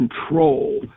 control